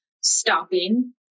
stopping